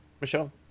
Michelle